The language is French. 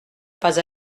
pas